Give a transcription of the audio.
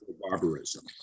barbarism